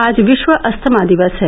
आज विश्व अस्थमा दिवस है